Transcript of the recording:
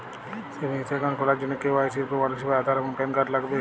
savings account খোলার জন্য KYC এর প্রমাণ হিসেবে আধার এবং প্যান কার্ড লাগবে